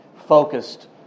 focused